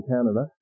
Canada